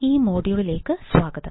ഈ മൊഡ്യൂളിലേക്ക് സ്വാഗതം